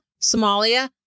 Somalia